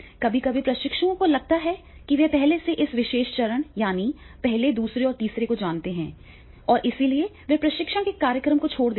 कभी कभी प्रशिक्षुओं को लगता है कि वे पहले से ही इस विशेष चरण को जानते हैं और इसलिए वे प्रशिक्षण कार्यक्रम को छोड़ देते हैं